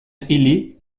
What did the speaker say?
ailée